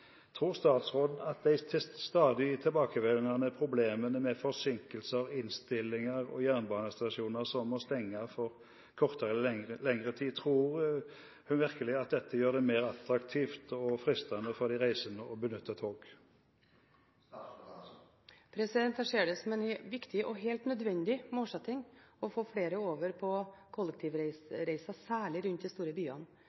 Tror virkelig statsråden at de stadig tilbakevendende problemene med forsinkelser, innstillinger og jernbanestasjoner som må stenges for kortere eller lengre tid, gjør det mer attraktivt og fristende for de reisende å benytte tog? Jeg ser det som en viktig og helt nødvendig målsetting å få flere over på